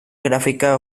gráfica